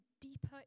deeper